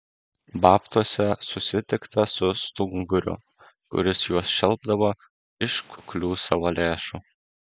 babtuose susitikta su stunguriu kuris juos šelpdavo iš kuklių savo lėšų